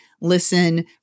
listen